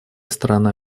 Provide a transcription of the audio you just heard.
сторона